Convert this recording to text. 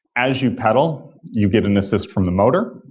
as you pedal, you get an assist from the motor,